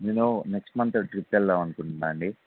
నేను next month trip వెళ్దాము అనుకుంటున్నాను అండి